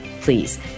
Please